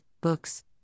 books